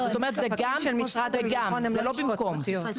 זה גם וגם; זה לא במקום.